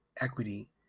equity